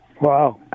Wow